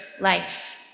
life